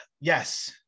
Yes